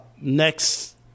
next